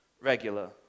regular